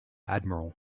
admiral